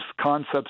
concepts